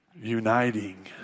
uniting